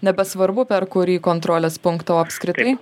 nebesvarbu per kurį kontrolės punktą o apskritai